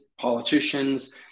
politicians